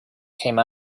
came